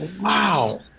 wow